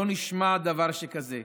לא נשמע דבר שכזה.